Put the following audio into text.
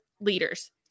leaders